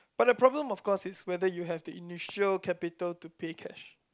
but the problem of course is whether you have the initial capital to pay cash